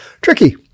Tricky